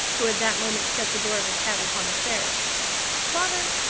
who had that moment shut the door of his cab upon a fare father,